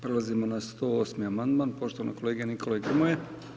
Prelazimo na 108. amandman poštovanog kolege Nikole Grmoje.